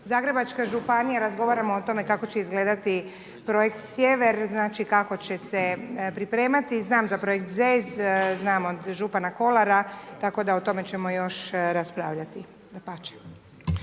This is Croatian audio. Zagrebačka županija razgovaramo o tome kako će izgledati Projekt sjever, znači kako će se pripremati, znam za Projekt ZES, znam od župana Kolara, tako da o tome ćemo još raspravljati. Dapače.